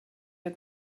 der